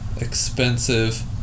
expensive